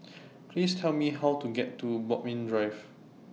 Please Tell Me How to get to Bodmin Drive